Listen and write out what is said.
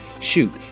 Shoot